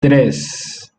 tres